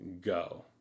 go